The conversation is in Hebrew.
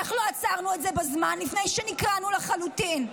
איך לא עצרנו את זה בזמן לפני שנקרענו לחלוטין?